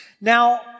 Now